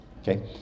Okay